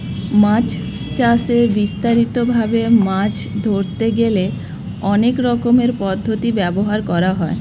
মাছ চাষে বিস্তারিত ভাবে মাছ ধরতে গেলে অনেক রকমের পদ্ধতি ব্যবহার করা হয়